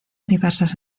diversas